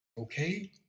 Okay